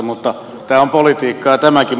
mutta tämä on politiikkaa tämäkin